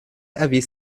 erwies